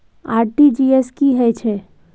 RTG S की है छै?